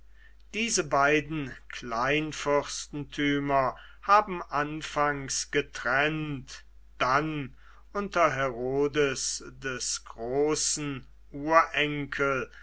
diese beiden kleinfürstentümer haben anfangs getrennt dann unter herodes des großen urenkel